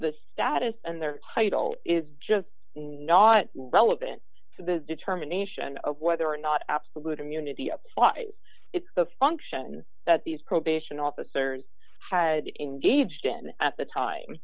the status and their title is just not relevant to the determination of whether or not absolute immunity applies it's the function that these probation officers had in each and at the time